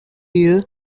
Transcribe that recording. year